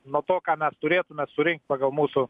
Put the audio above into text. nuo to ką mes turėtume surinkt pagal mūsų